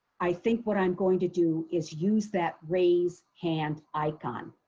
i think what i'm going to do is use that raised hand icon.